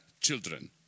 children